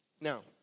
Now